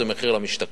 זה מחיר למשתכן,